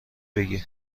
بگیر